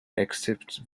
except